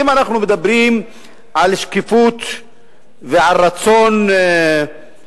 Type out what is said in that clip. אם אנחנו מדברים על שקיפות ועל רצון לשוויוניות,